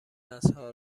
نسلها